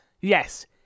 Yes